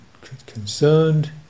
concerned